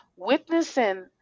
witnessing